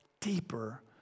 deeper